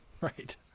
Right